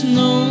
no